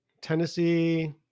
Tennessee